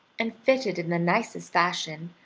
and fitted in the nicest fashion,